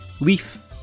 Leaf